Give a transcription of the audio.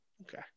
okay